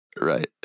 Right